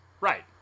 Right